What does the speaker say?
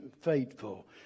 faithful